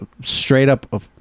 straight-up